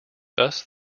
thus